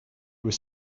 was